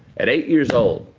at eight years old,